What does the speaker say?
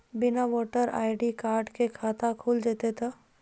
बिना voter ID card के खाता खुल जैते तो?